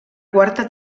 quarta